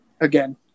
Again